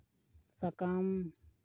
ᱥᱟᱠᱟᱢ